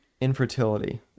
infertility